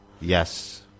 Yes